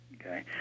okay